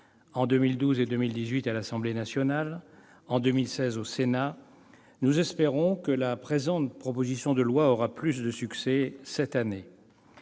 en 2012 et 2018 à l'Assemblée nationale, en 2016 au Sénat, nous espérons que la présente proposition de loi rencontrera cette année